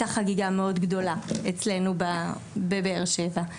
הציגו על חקר משבר האקלים והייתה חגיגה מאוד גדולה אצלינו בבאר שבע.